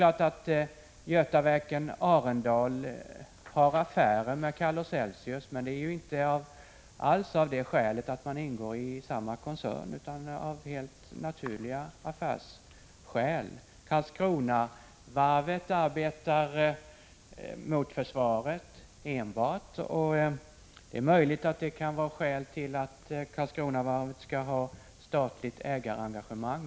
Att Götaverken Arendal har affärer med Calor-Celsius, beror säkert inte på att företaget ingår i samma koncern, utan på att det är affärsmässigt motiverat. Karlskronavarvet arbetar gentemot försvaret, och det är möjligt att detta kan vara skäl till att Karlskronavarvet skall ha statligt ägarengagemang.